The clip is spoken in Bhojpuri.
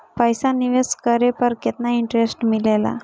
पईसा निवेश करे पर केतना इंटरेस्ट मिलेला?